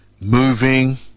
moving